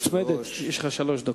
יש לך שלוש דקות.